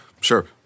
Sure